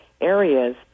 areas